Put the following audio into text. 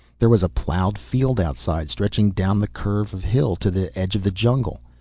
there was a ploughed field outside, stretching down the curve of hill to the edge of the jungle.